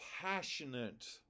passionate